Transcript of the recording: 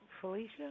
Felicia